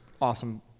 awesome